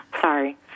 Sorry